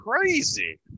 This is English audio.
crazy